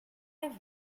have